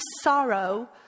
sorrow